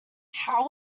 how